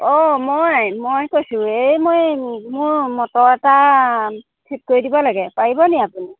অঁ মই মই কৈছোঁ এই মই মোৰ মটৰ এটা ঠিক কৰি দিব লাগে পাৰিব নেকি আপুনি